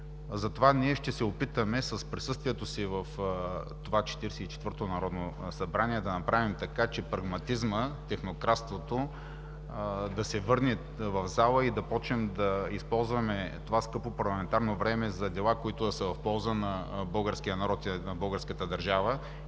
Затова ние ще се опитаме с присъствието си в това Четиридесет и четвърто Народно събрание да направим така, че прагматизмът, технократството да се върне в залата и да започнем да използваме това скъпо парламентарно време за дела, които да са в полза на българския народ и българската държава.